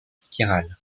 spirale